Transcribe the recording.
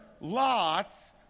Lot's